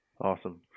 Awesome